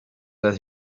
that